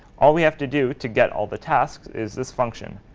all we have to do to get all the tasks is this function,